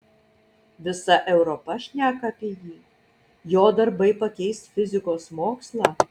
visa europa šneka apie jį jo darbai pakeis fizikos mokslą